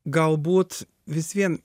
galbūt vis vien